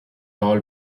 all